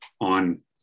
on